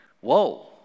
whoa